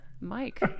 Mike